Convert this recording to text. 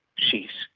she's.